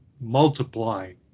multiplying